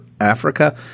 Africa –